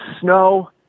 snow